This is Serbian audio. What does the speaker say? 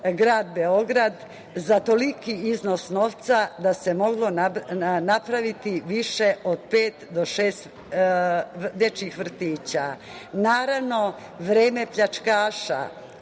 grad Beograd za toliki iznos novca da se moglo napraviti više od pet do šest dečijih vrtića. Naravno, vreme pljačkaša